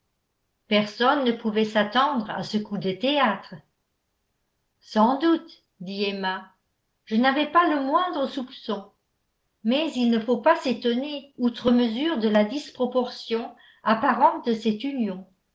personne ne pouvait s'attendre à ce coup de théâtre sans doute dit emma je n'avais pas le moindre soupçon mais il ne faut pas s'étonner outre mesure de la disproportion apparente de cette union